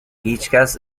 هیچکس